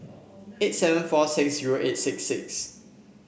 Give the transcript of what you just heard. eight seven four six zero eight six six